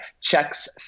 checks